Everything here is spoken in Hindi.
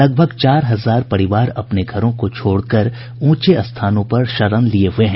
लगभग चार हजार परिवार अपने घरों को छोड़कर ऊंचे स्थानों पर शरण लिये हुए हैं